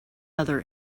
other